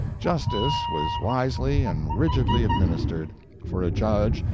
justice was wisely and rigidly administered for a judge,